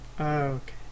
Okay